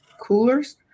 Coolers